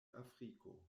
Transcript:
afriko